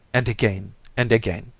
and again, and again,